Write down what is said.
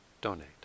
donate